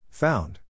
Found